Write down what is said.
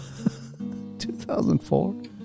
2004